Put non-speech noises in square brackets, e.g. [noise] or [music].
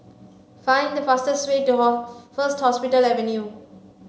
find the fastest way to [unintelligible] First Hospital Avenue